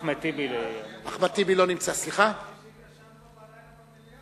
השר המשיב ישב פה בלילה במליאה.